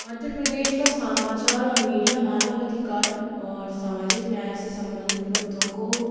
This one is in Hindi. मध्य प्रदेश का समाचार और मीडिया मानवअधिकार और सामाजिक न्याय से सम्बन्धित मुद्दों को